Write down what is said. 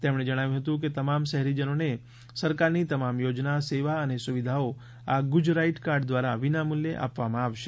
તેમણે જણાવ્યું હતું કે તમામ શહેરીજનોને સરકારની તમામ યોજના સેવા અને સુવિધાઓ આ ગુજરાઇટ કાર્ડ દ્વારા વિનામૂલ્યે આપવામાં આવશે